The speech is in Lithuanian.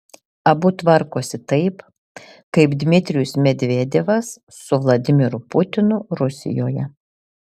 abu tvarkosi taip kaip dmitrijus medvedevas su vladimiru putinu rusijoje